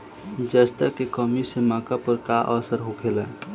जस्ता के कमी से मक्का पर का असर होखेला?